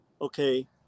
okay